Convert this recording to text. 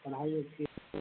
पढ़ाई उसकी